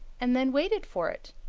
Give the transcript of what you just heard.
and then waited for it.